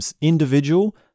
individual